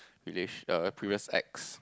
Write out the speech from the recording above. relation err previous ex